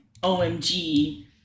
OMG